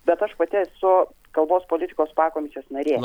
bet aš pati esu kalbos politikos pakomisės narė